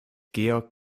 georg